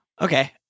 Okay